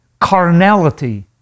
carnality